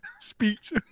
speech